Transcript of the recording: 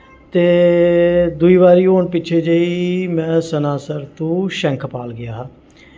ते दूई बारी हु'न पिच्छे जेही में सनासर तू शैंखपाल गेआ हा